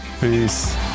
peace